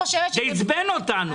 זה עצבן אותנו.